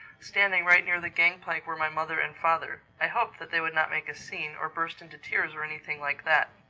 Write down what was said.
standing right near the gang-plank were my mother and father. i hoped that they would not make a scene, or burst into tears or anything like that.